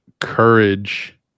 courage